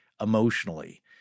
emotionally